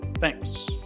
Thanks